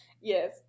Yes